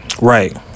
Right